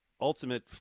ultimate